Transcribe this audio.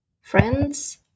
friends –